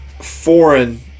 foreign